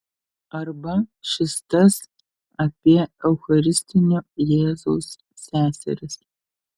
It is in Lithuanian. arba šis tas apie eucharistinio jėzaus seseris